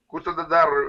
kur tada dar